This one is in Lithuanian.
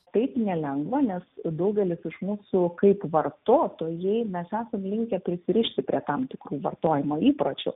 taip nelengva nes daugelis iš mūsų kaip vartotojai mes esam linkę prisirišti prie tam tikrų vartojimo įpročių